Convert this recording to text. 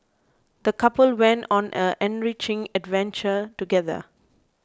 the couple went on an enriching adventure together